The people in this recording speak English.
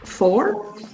Four